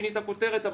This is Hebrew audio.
שינית כותרת,